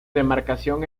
demarcación